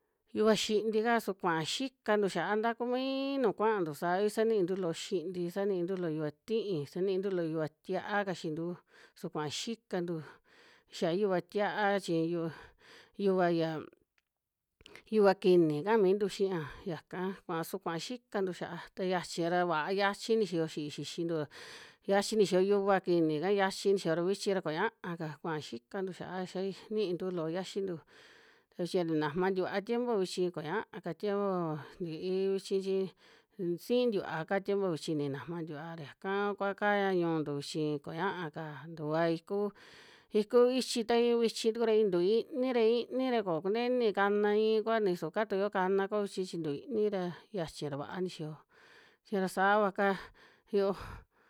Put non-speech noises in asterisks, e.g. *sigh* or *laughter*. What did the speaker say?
Yuva xiinti'ka su kuaa xikantu xiaa nta kuumi nu kuantu saavi sa niintu loo xinti, sa niintu loo yuva ti'í, sa niintu loo yuva tia'á kaxintu, su kuaa xikantu xiaa yuva tia'á chi yuva, yuva xia *noise* yuva kiini kaa mintu xiña yaka kua, su kuaa xikantu xiaa ta xiachi ra va yachi nixiyo xi'í xixintua, yiachi ni xiyo yuva kiinika, yiachi xiniyoa ra vichi kuñaa ka kuaa xikantu xia'a xai niintu loo yiaxintu. Ta vichi ra ni najma tikua tiempo vichi kuñaaka, tiempo ntii vichi chi siin tikuaa ka tiempo vichi ni najma tikua ra yakaa kua kaa ñu'untu vichi, koñaaka tua iku, iku ichi ta yu vichi tuku ra in tuu iini ra, iini ra koo kunteni kana iin kua ni suvi katuyo kana kuo vichi chi, ntu iini ra xiachi ra vaa nixiyo, chi ra saava ka yooj.